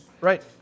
Right